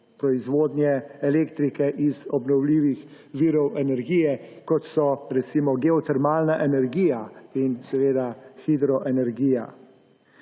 proizvodnje elektrike iz obnovljivih virov energije, kot so, recimo, geotermalna energija in seveda hidroenergija.